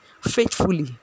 faithfully